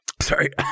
Sorry